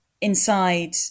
inside